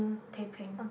teh peng